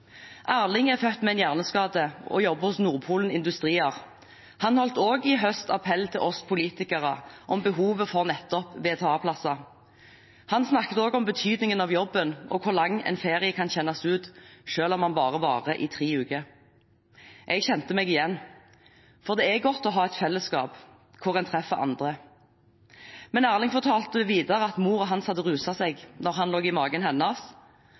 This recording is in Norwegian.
Erling er født med en hjerneskade og jobber hos Nordpolen Industrier. I høst holdt han også en appell til oss politikere om behovet for nettopp VTA-plasser. Han snakket også om betydningen av jobben, og hvor lang en ferie kan kjennes ut, selv om den bare varer i tre uker. Jeg kjente meg igjen, for det er godt å ha et fellesskap hvor en treffer andre. Men Erling fortalte videre at moren hans hadde ruset seg da han lå i magen hennes,